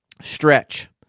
stretch